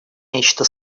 нечто